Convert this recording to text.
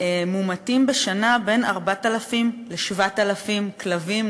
מומתים בשנה בין 4,000 ל-7,000 כלבים,